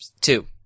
two